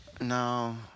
No